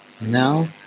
now